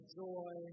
joy